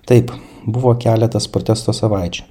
taip buvo keletas protesto savaičių